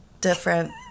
Different